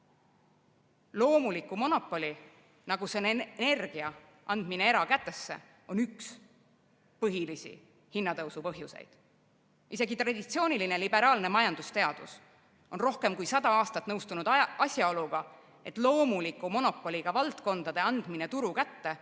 põhjustel. Loomuliku monopoli nagu energia andmine erakätesse on üks põhilisi hinnatõusu põhjuseid. Isegi traditsiooniline liberaalne majandusteadus on rohkem kui 100 aastat nõustunud asjaoluga, et loomuliku monopoliga valdkondade andmine turu kätte